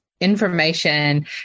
information